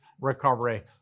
recovery